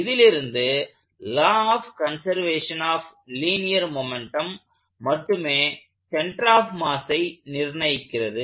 இதிலிருந்து law of conservation of linear momentum மட்டுமே centre of மாஸை நிர்ணயிக்கிறது